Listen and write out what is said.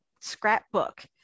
scrapbook